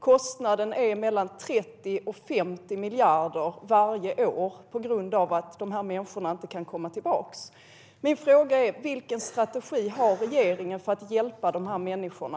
Kostnaden är mellan 30 och 50 miljarder varje år på grund av att de här människorna inte kan komma tillbaka. Min fråga är: Vilken strategi har regeringen för att hjälpa de här människorna?